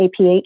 APH